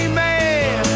man